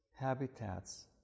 habitats